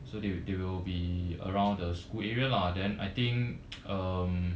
so they they will be around the school area lah then I think um